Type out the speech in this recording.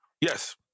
Yes